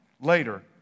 later